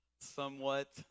Somewhat